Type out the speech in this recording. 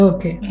Okay